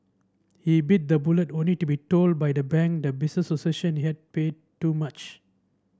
he bit the bullet only to be told by the bank that business associates that he had paid too much